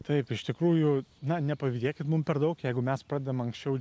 taip iš tikrųjų na nepavydėkit mum per daug jeigu mes pradedam anksčiau